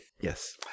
yes